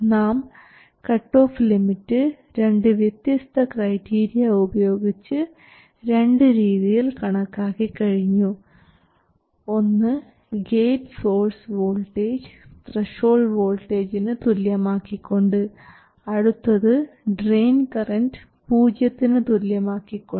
നാം cutoff limit രണ്ട് വ്യത്യസ്ത ക്രൈറ്റീരിയ ഉപയോഗിച്ച് രണ്ടു രീതിയിൽ കണക്കാക്കി കഴിഞ്ഞു ഒന്ന് ഗേറ്റ് സോഴ്സ് വോൾട്ടേജ് ത്രഷോൾഡ് വോൾട്ടേജിനു തുല്യമാക്കി കൊണ്ട് അടുത്തത് ഡ്രെയിൻ കറൻറ് പൂജ്യത്തിന് തുല്യമാക്കി കൊണ്ട്